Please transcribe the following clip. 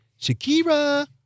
Shakira